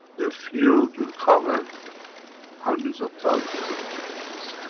the field will cover hundreds of thousands of kilometers.